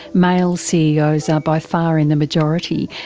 male ceos are by far in the majority.